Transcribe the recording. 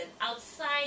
outside